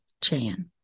Chan